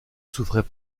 souffrait